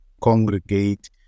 congregate